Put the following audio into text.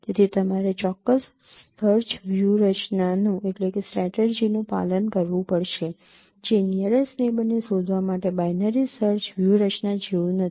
તેથી તમારે ચોક્કસ સર્ચ વ્યૂહરચનાનું પાલન કરવું પડશે જે નીયરેસ્ટ નેબર ને શોધવા માટે બાઇનરી સર્ચ વ્યૂહરચના જેવું નથી